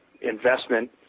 investment